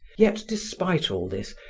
yet, despite all this,